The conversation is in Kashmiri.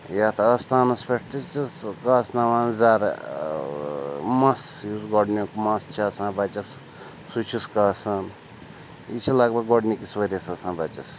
یَتھ آستانَس پٮ۪ٹھ تہِ چھِ سُہ کاسناوان زَرٕ مَس یُس گۄڈنیُک مَس چھِ آسان بَچَس سُہ چھِس کاسان یہِ چھِ لَگ بَگ گۄڈنِکِس ؤرِیَس آسان بَچَس